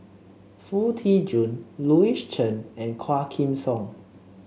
Foo Tee Jun Louis Chen and Quah Kim Song